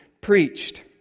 preached